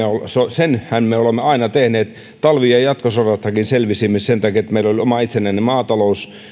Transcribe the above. senhän me olemme aina hoitaneet talvi ja ja jatkosodastakin selvisimme sen takia että meillä oli oma itsenäinen maatalous